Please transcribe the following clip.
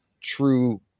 true